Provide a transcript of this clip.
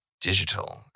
digital